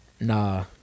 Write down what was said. Nah